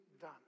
done